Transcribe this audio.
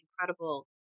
incredible